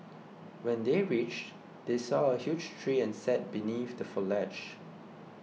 when they reached they saw a huge tree and sat beneath the foliage